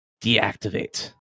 deactivate